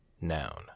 Noun